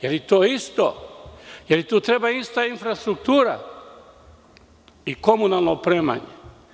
Da li je to isto, da li treba ista infrastruktura i komunalno opremanje?